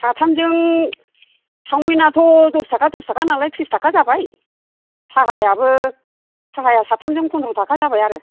साथामजों सावमिन आथ' दस थाखा दस थाखा नालाय थ्रिस थाखा जाबाय साहायाबो साथामजों फन्द्र' थाखा जाबाय आरो